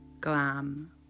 glam